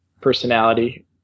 personality